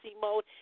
mode